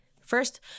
first